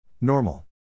Normal